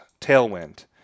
Tailwind